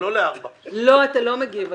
ואני מאוד מקווה